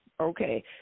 Okay